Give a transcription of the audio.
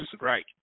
right